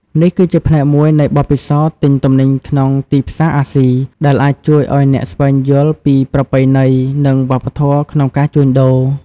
នេះគឺជាផ្នែកមួយនៃបទពិសោធន៍ទិញទំនិញក្នុងទីផ្សារអាស៊ី ដែលអាចជួយឱ្យអ្នកស្វែងយល់ពីប្រពៃណី និងវប្បធម៌ក្នុងការជួញដូរ។